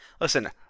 listen